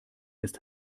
ist